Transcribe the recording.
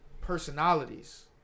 personalities